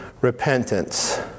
repentance